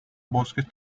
bosques